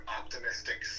optimistic